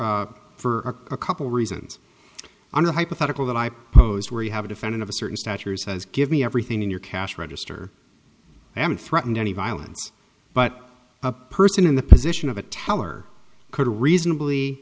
for a couple reasons on a hypothetical that i posed where you have a defendant of a certain stature says give me everything in your cash register i haven't threatened any violence but a person in the position of a teller could reasonably